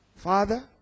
Father